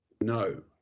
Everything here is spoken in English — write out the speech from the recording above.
no